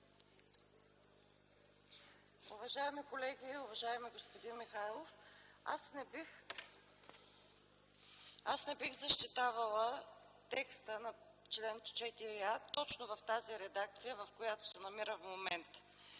Уважаеми колеги, уважаеми господин Михайлов! Аз не бих защитавала текста на чл. 4а точно в тази редакция, в която се намира в момента,